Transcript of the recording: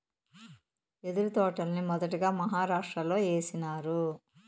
యెదురు తోటల్ని మొదటగా మహారాష్ట్రలో ఏసినారు